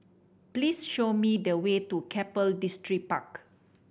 please show me the way to Keppel Distripark